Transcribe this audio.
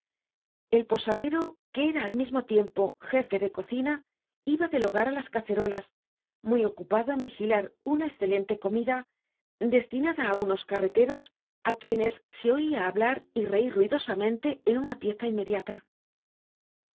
el posadero que era al mismo tiempo jefe de cocina iba del hogar á las cacerolas muy ocupado en vigilar una escelente comida destinada á unos carreteros á quienes se oia hablar y reir ruidosamente en una pieza inmediata